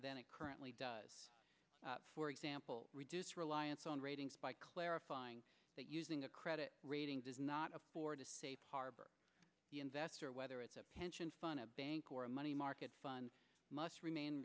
than it currently does for example reduce reliance on ratings by clarifying that using a credit rating does not afford a safe harbor the investor whether it's a pension fund a bank or a money market fund must remain